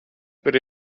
per